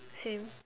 same